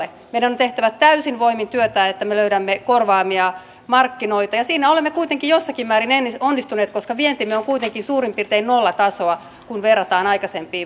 meidän on tehtävä täysin voimin työtä että me löydämme korvaavia markkinoita ja siinä olemme kuitenkin jossakin määrin onnistuneet koska vientimme on suurin piirtein nollatasoa kun verrataan aikaisempiin vuosiin